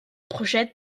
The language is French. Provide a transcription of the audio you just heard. projettent